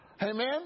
Amen